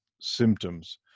symptoms